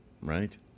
right